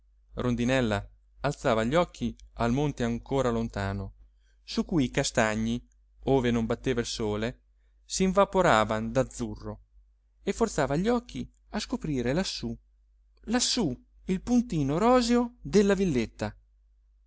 rondinella alzava gli occhi al monte ancora lontano su cui i castagni ove non batteva il sole s'invaporavan d'azzurro e forzava gli occhi a scoprire lassù lassù il puntino roseo della villetta